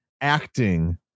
acting